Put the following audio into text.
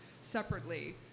separately